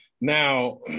Now